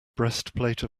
breastplate